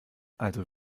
also